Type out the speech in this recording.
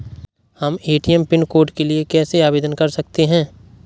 हम ATM pin code के लिए कैसे आवेदन कर सकते हैं?